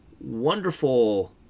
wonderful